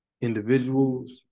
individuals